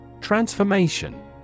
Transformation